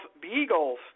Beagles